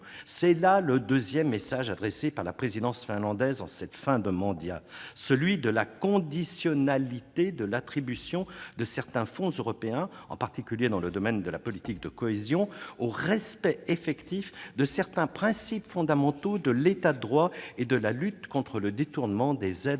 C'est là le deuxième message adressé par la présidence finlandaise en cette fin de mandat : celui de la conditionnalité de l'attribution de certains fonds européens, en particulier dans le domaine de la politique de cohésion, au respect effectif de certains principes fondamentaux de l'État de droit et de la lutte contre le détournement des aides allouées.